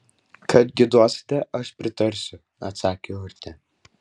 kad giedosite aš pritarsiu atsakė urtė